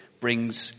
brings